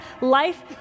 life